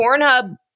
Pornhub